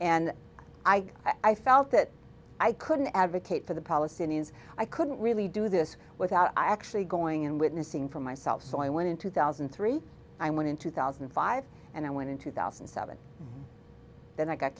and i i felt that i couldn't advocate for the palestinians i couldn't really do this without actually going and witnessing for myself so i went in two thousand and three i went in two thousand and five and i went in two thousand and seven then i got